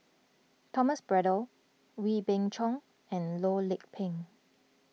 Thomas Braddell Wee Beng Chong and Loh Lik Peng